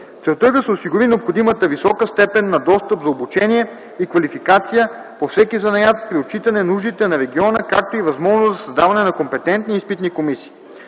Целта е да се осигури необходимата висока степен на достъп за обучение и квалификация по всеки занаят при отчитане нуждите на региона, както и възможност за създаване на компетентни изпитни комисии.